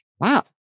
wow